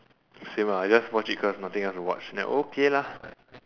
same I just watched it cause nothing else to watch then okay lah